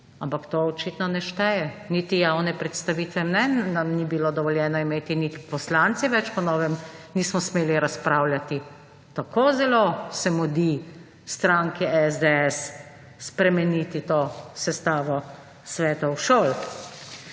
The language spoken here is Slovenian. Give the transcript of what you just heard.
Ampak to očitno ne šteje. Niti javne predstavitve mnenj nam ni bilo dovoljeno imeti, niti poslanci več po novem nismo smeli razpravljati. Tako zelo se mudi stranki SDS spremeniti to sestavo svetov šol.